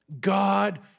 God